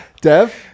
Dev